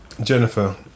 Jennifer